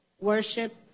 worship